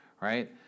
Right